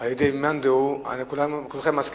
על-ידי מאן דהוא, וכולכם מסכימים.